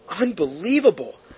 Unbelievable